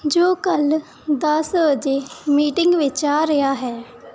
ਜੋ ਕੱਲ੍ਹ ਦਸ ਵਜੇ ਮੀਟਿੰਗ ਵਿੱਚ ਆ ਰਿਹਾ ਹੈ